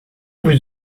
vous